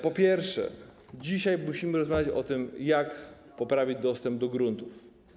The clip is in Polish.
Po pierwsze, dzisiaj musimy rozmawiać o tym, jak poprawić dostęp do gruntów.